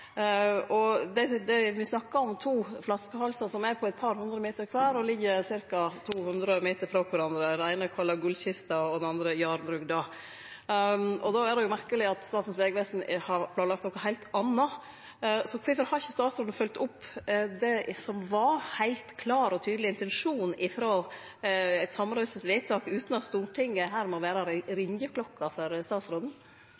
ta att seinare. Vi snakkar om to flaskehalsar som er på eit par hundre meter kvar, og som ligg ca. 200 meter frå kvarandre – den eine er kalla Gullkista og den andre Jarbrugda. Då er det merkeleg at Statens vegvesen har planlagt noko heilt anna. Kvifor har ikkje statsråden følgt opp det som var ein heilt klar og tydeleg intensjon frå eit samrøystes vedtak utan at Stortinget her må vere